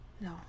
No